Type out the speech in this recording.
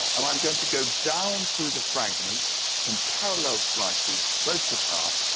and i'm going to go down through the fragments in parallel slices, close apart,